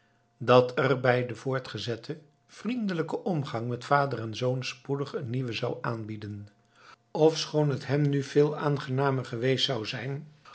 dat er zich bij den voortgezetten vriendschappelijken omgang met vader en zoon spoedig een nieuwe zou aanbieden ofschoon het hem nu veel aangenamer geweest zou zijn